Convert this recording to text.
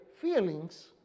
feelings